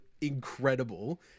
incredible